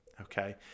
okay